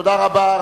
תודה רבה.